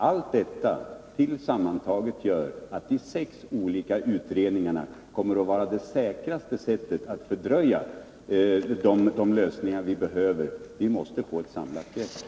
Allt detta sammantaget gör att de sex olika utredningarna kommer att vara det säkraste sättet att fördröja de lösningar vi behöver. Vi måste få ett samlat grepp.